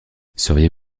seriez